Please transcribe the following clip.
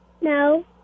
No